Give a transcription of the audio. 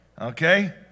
Okay